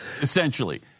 essentially